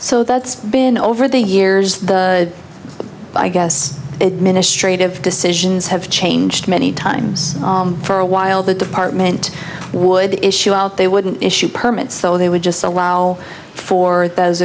so that's been over the years the i guess it ministry of decisions have changed many times for a while the department would the issue out they wouldn't issue permits though they would just allow for those